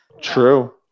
True